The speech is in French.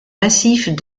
massifs